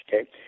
okay